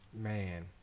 Man